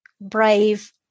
brave